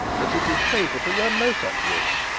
that it is safer to run no such risk.